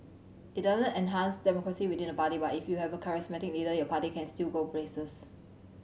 it doesn't enhance democracy within the party but if you have a charismatic leader your party can still go places